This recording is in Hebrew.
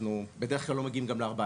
אנחנו בדרך כלל לא מגיעים גם ל-14,